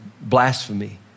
blasphemy